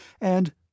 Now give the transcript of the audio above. and—